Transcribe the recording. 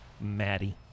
Maddie